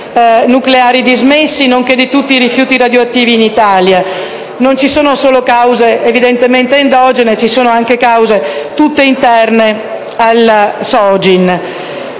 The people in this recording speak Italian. nucleari dismessi, nonché di tutti i rifiuti radioattivi in Italia. Non ci sono solo cause endogene, ma anche cause tutte interne alla Sogin.